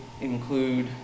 include